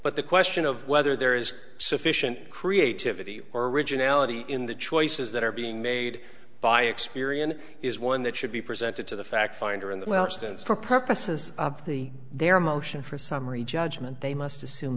but the question of whether there is sufficient creativity or originality in the choices that are being made by experian is one that should be presented to the fact finder in the welsh sense for purposes of the their motion for summary judgment they must assume